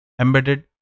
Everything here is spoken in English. embedded